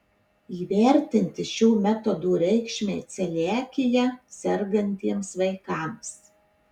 įvertinti šio metodo reikšmę celiakija sergantiems vaikams